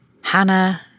Hannah